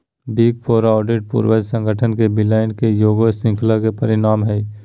big four auditor पूर्वज संगठन के विलय के ईगो श्रृंखला के परिणाम हइ